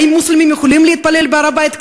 האם מוסלמים יכולים להתפלל בהר-הבית,